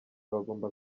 bagomba